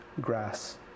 grass